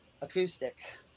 acoustic